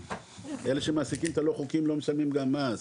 אלה שמעסיקים את הלא חוקיים לא משלמים גם מס.